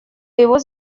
его